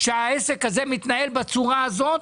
שהעסק הזה מתנהל בצורה הזו,